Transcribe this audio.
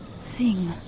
sing